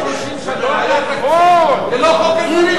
יותר מ-30 שנה היה תקציב בלי חוק ההסדרים.